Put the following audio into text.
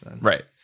right